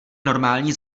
normální